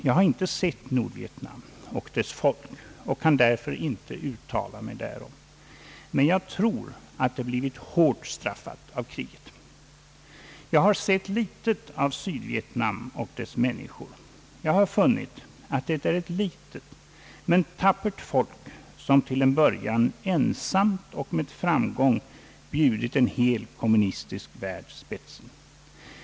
Jag har inte sett Nordvietnam och dess folk och kan därför inte uttala mig därom. Men jag tror att det blivit hårt straffat av kriget. Jag har sett litet av Sydvietnam och dess människor. Jag har funnit att det är ett litet men tappert folk som till en början ensamt och med framgång bjudit en hel kommunistisk värld spetsen.